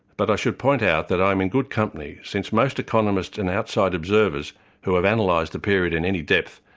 but i should point out that i'm in good company, since most economists and outside observers who have and analysed the period in any depth,